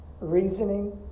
Reasoning